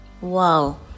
wow